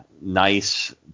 nice